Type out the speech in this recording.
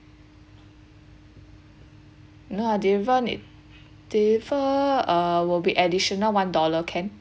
no uh deliver need deliver uh will be additional one dollar can